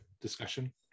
discussion